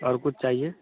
और कुछ चाहिए